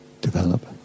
develop